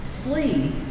Flee